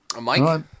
Mike